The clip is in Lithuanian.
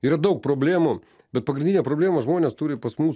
yra daug problemų bet pagrindinė problema žmonės turi pas mus